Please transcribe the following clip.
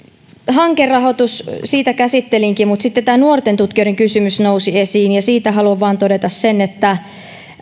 hankerahoitusta käsittelinkin mutta sitten tämä nuorten tutkijoiden kysymys nousi esiin ja siitä haluan todeta vain sen että